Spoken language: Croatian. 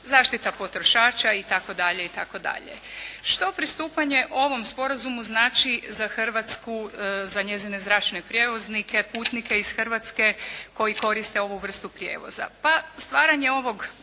dalje i tako dalje. Što pristupanje ovom sporazumu znači za Hrvatsku, za njezine zračne prijevoznike, putnike iz Hrvatske koji koriste ovu vrstu prijevoza?